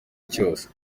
cyose